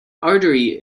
artery